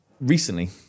recently